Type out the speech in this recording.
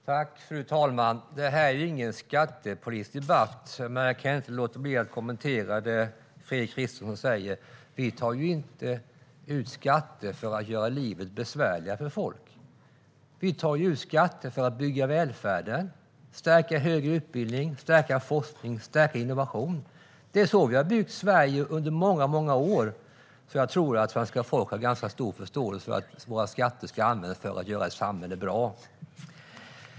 Fru talman! Detta är inte någon skattepolitisk debatt. Men jag kan inte låta bli att kommentera det Fredrik Christensson säger. Vi tar inte ut skatter för att göra livet besvärligare för folk. Vi tar ut skatter för att bygga välfärden, stärka högre utbildning, stärka forskning och stärka innovation. Det är så vi har byggt Sverige under många år. Jag tror att svenska folket har en ganska stor förståelse för att våra skatter ska användas för att göra samhället bra.